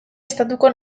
estatuko